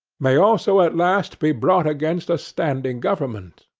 may also at last be brought against a standing government.